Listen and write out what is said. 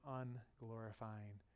unglorifying